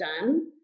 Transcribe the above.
done